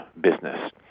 business